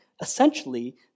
essentially